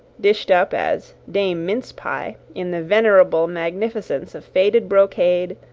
dished up as dame mince-pie, in the venerable magnificence of faded brocade,